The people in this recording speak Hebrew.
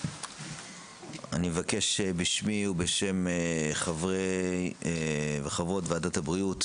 אני מבקש בשמי ובשם חברי וחברות ועדת הבריאות,